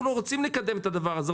אנחנו רוצים לקדם את הדבר הזה,